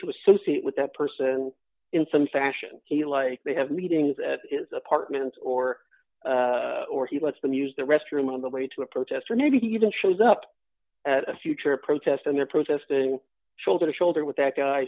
to associate with that person in some fashion he like they have meetings at his apartment or or he lets them use the restroom on the way to a protest or maybe even shows up at a future protest and they're protesting shoulder to shoulder with that guy